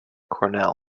cornell